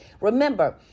Remember